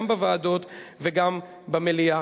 גם בוועדות וגם במליאה.